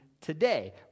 today